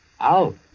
Out